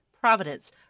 Providence